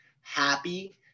happy